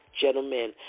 gentlemen